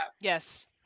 Yes